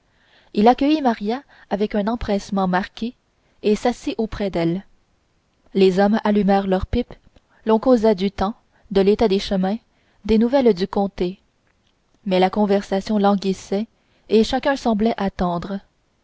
il accueillit maria avec un empressement marqué et s'assit auprès d'elle les hommes allumèrent leurs pipes l'on causa du temps de l'état des chemins des nouvelles du comté mais la conversation languissait et chacun semblait attendre